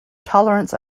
tolerance